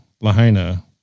Lahaina